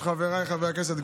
חברי הכנסת,